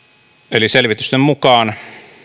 eli kun selvitysten mukaan